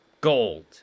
Gold